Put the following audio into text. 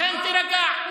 לכן תירגע.